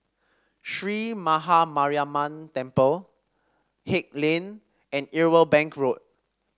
Sree Maha Mariamman Temple Haig Lane and Irwell Bank Road